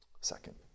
Second